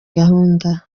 gahunda